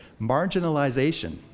marginalization